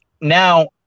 now